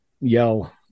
yell